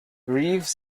reeves